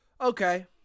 okay